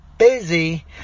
busy